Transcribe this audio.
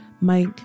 Mike